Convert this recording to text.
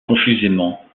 confusément